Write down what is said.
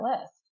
list